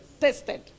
Tested